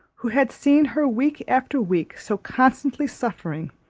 who had seen her week after week so constantly suffering,